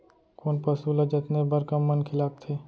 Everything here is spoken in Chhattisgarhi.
कोन पसु ल जतने बर कम मनखे लागथे?